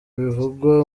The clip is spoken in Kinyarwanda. bivugwa